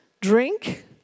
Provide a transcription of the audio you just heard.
drink